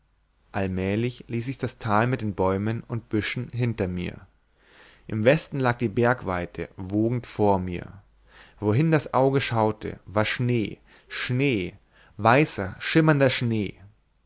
allmählich ließ ich das tal mit den bäumen und büschen hinter mir im westen lag die bergweite wogend vor mir wohin das auge schaute war schnee schnee weißer schimmernder schnee